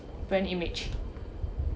brand image